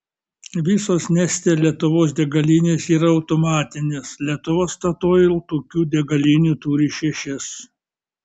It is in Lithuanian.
visos neste lietuvos degalinės yra automatinės lietuva statoil tokių degalinių turi šešias